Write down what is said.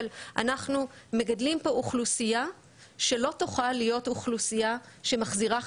אבל אנחנו מגדלים פה אוכלוסייה שלא תוכל להיות אוכלוסייה שמחזירה חזרה,